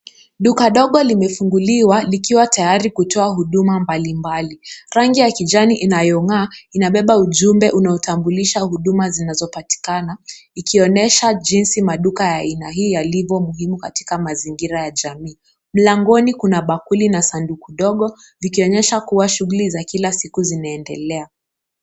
Duka dogo limefunguliwa likiwa tayari kutoa huduma mbalimbali. Rangi ya kijani inayong'aa inabeba ujumbe unaotambulisha huduma zinazopatikana ikionyesha jinsi maduka ya aina hii yalivyo muhimu katika mazingira ya jamii. Mlangoni kuna bakuli na sanduku dogo likionyesha kuwa shughuli za kila siku zinaendelea.